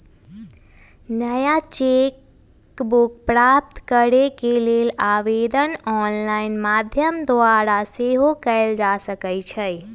नया cheque book प्राप्त करेके लेल आवेदन ऑनलाइन माध्यम द्वारा सेहो कएल जा सकइ छै